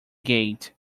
gate